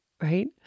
right